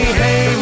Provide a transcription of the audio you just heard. hey